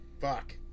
fuck